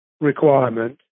requirement